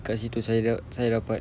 dekat situ saya dapat